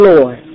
Lord